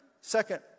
second